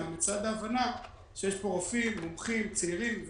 אבל לצד ההבנה שיש פה רופאים מומחים צעירים,